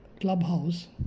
clubhouse